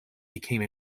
became